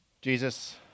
Jesus